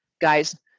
Guys